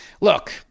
look